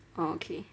oh okay